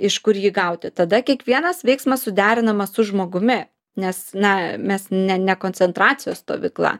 iš kur jį gauti tada kiekvienas veiksmas suderinamas su žmogumi nes na mes ne ne koncentracijos stovykla